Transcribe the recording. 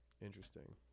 Interesting